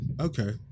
Okay